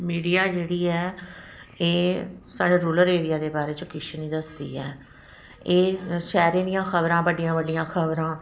media जेह्ड़ी ऐ एह् साढ़े रूरल एरिया दे बारे च किश नेईं दसदी ऐ एह् शैह्रें दियां खबरां बड्डियां बड्डियां खबरां